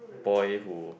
boy who